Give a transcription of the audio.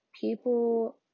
people